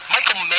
Michael